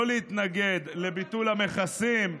לא להתנגד לביטול המכסים,